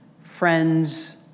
friends